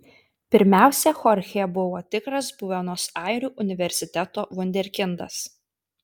pirmiausia chorchė buvo tikras buenos airių universiteto vunderkindas